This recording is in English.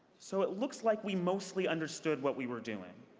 so it looks like we mostly understood what we were doing.